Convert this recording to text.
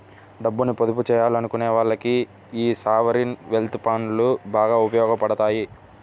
డబ్బుని పొదుపు చెయ్యాలనుకునే వాళ్ళకి యీ సావరీన్ వెల్త్ ఫండ్లు బాగా ఉపయోగాపడతాయి